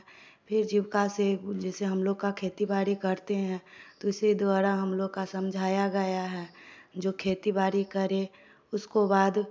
फिर जीविका से जैसे हम लोगों का खेती बाड़ी करते हैं तो इसी द्वारा हम लोग का समझाया गया है जो खेती बाड़ी करे उसको बाद